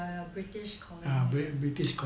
oh yeah we are british colony